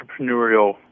entrepreneurial